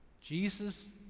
Jesus